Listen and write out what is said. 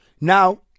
Now